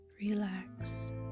relax